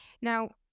Now